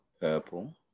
purple